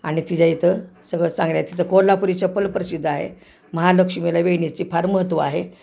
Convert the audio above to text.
आणि तिच्या इथं सगळं चांगलं तिथं कोल्हापुरी चप्पल प्रसिद्ध आहे महालक्ष्मीला वेणीचे फार महत्त्व आहे